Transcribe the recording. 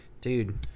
Dude